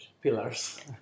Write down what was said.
pillars